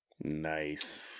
Nice